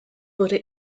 wurde